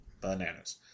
Bananas